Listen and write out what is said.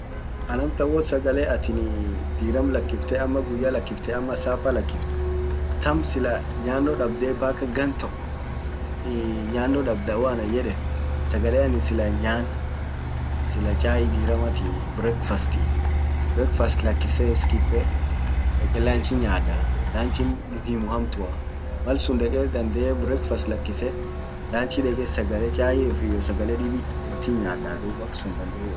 An amtan ho sagale atini diram lakifte ama guya lakifte ama sapa lakift tam sila nyano dabde paka gan tok nyano dabda hoanan yedan sagale anin sila hin nyan sila chai diramatii breakfastii breakfast lakise skipe deqe lanchi nyadaa, lanchin muhimu hamtua malsun deqe dandete breakfast lakise lanchi deqe sagale chaiaf iyo sagale dibi wotin nyadaa dub aksun dandee hiola bila chain anin qaben.